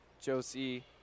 Josie